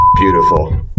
Beautiful